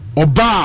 oba